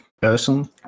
person